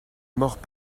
mort